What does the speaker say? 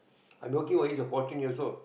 I been working from age of fourteen years old